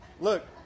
Look